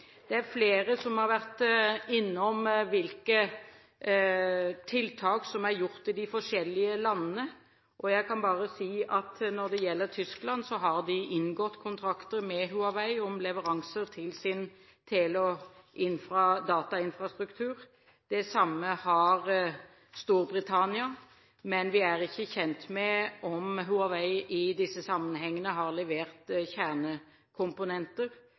Det er flere som har vært innom hvilke tiltak som er gjort i de forskjellige landene. Jeg kan bare si at når det gjelder Tyskland, har de inngått kontrakter med Huawei om leveranser til sin tele- og datainfrastruktur. Det samme har Storbritannia, men vi er ikke kjent med om Huawei i disse sammenhengene har levert kjernekomponenter.